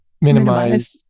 Minimize